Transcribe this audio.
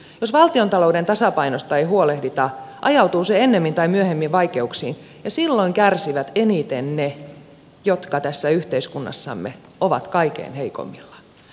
jos valtiontalouden tasapainosta ei huolehdita ajautuu se ennemmin tai myöhemmin vaikeuksiin ja silloin kärsivät eniten ne jotka tässä yhteiskunnassamme ovat kaikkein heikoimmilla